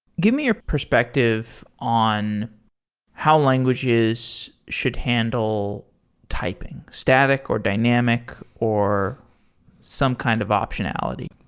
give me your perspective on how languages should handle typing, static, or dynamic, or some kind of optionality.